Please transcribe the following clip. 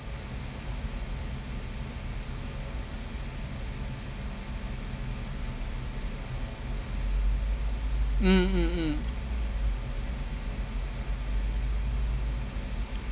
mm mm mm